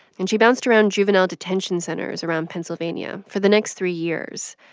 and she bounced around juvenile detention centers around pennsylvania for the next three years.